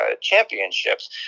championships